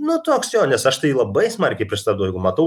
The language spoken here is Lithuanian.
nu toks jo nes aš tai labai smarkiai pristabdau jeigu matau